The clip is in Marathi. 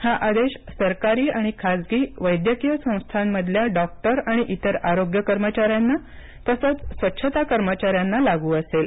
हा आदेश सरकारी आणि खाजगी वैद्यकीय संस्थांमधल्या डॉक्टर आणि इतर आरोग्य कर्मचाऱ्यांना तसंच स्वच्छता कर्मचाऱ्यांना लागू असेल